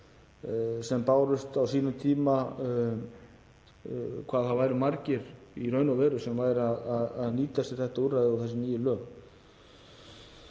sem bárust á sínum tíma um hvað það væru margir í raun og veru sem nýttu sér þetta úrræði og þessu nýju lög.